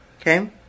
Okay